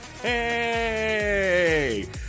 Hey